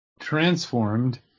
transformed